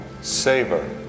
Savor